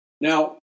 Now